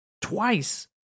twice